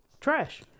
trash